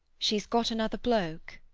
she's got another bloke.